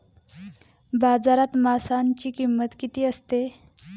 बाजारात माशांची किंमत किती असते?